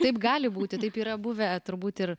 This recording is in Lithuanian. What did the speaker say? taip gali būti taip yra buvę turbūt ir